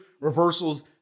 reversals